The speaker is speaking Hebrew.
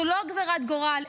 זו לא גזרת גורל.